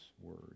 word